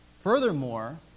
Furthermore